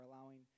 allowing